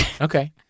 Okay